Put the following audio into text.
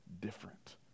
different